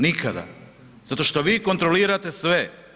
Nikada, zato što vi kontrolirate sve.